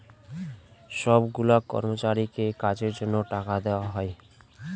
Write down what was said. সব গুলা কর্মচারীকে কাজের জন্য টাকা দেওয়া হয়